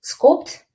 scoped